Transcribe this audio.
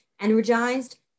energized